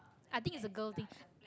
i think it's a girl thing